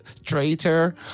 Traitor